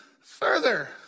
further